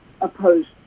opposed